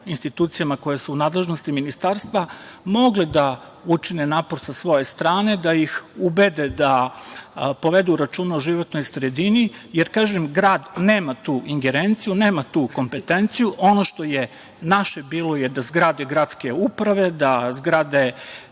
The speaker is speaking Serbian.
institucijama koje su u nadležnosti ministarstva, mogle da učine napor sa svoje strane da ih ubede da povedu računa o životnoj sredini, jer kažem grad nema tu ingerenciju, nema tu kompetenciju. Ono što je naše bilo je da zgrade gradske uprave, da zgrade